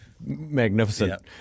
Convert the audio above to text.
magnificent